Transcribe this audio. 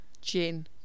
gin